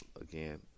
again